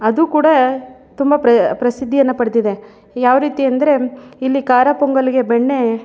ಅದು ಕೂಡ ತುಂಬ ಪ್ರಸಿದ್ದಿಯನ್ನು ಪಡೆದಿದೆ ಯಾವ ರೀತಿ ಅಂದರೆ ಇಲ್ಲಿ ಖಾರ ಪೊಂಗಲ್ಲಿಗೆ ಬೆಣ್ಣೆ